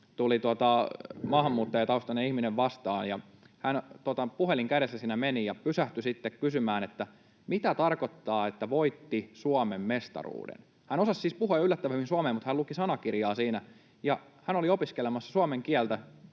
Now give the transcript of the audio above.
tuli maahanmuuttajataustainen ihminen vastaan. Hän puhelin kädessä siinä meni ja pysähtyi sitten kysymään, mitä tarkoittaa, että voitti suomenmestaruuden. Hän osasi siis puhua yllättävän hyvin suomea, mutta hän luki sanakirjaa siinä ja hän oli opiskelemassa suomen kieltä.